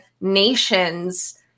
nations